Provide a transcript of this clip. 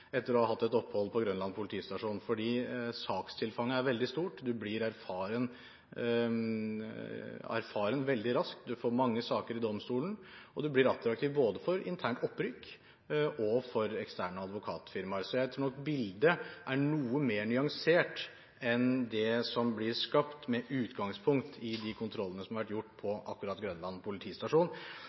fordi sakstilfanget er veldig stort, man blir erfaren veldig raskt, man får mange saker i domstolen, og man blir attraktiv både for internt opprykk og for eksterne advokatfirmaer. Jeg tror nok bildet er noe mer nyansert enn det som blir skapt med utgangspunkt i de kontrollene som har vært gjort akkurat på Grønland politistasjon.